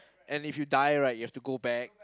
and if you die right you have to go back